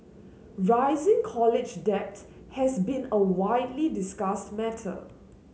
rising college debt has been a widely discussed matter